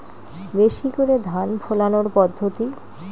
বেশি করে ধান ফলানোর পদ্ধতি?